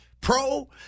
pro